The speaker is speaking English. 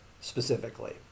specifically